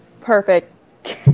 Perfect